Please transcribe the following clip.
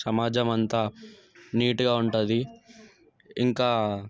సమాజం అంతా నీటుగా ఉంటుంది ఇంకా